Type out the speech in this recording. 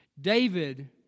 David